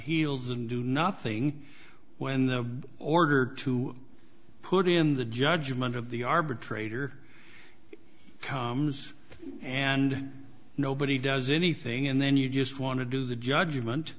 heels and do nothing when the order to put in the judgment of the arbitrator comes and nobody does anything and then you just want to do the